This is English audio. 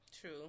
true